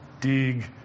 dig